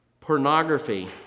Pornography